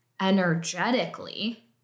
energetically